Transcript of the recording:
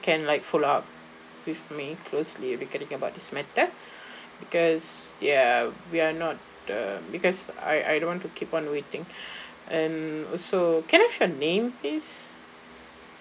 can like follow up with me closely regarding about this matter because ya we are not uh because I I don't want to keep on waiting and also can I have your name please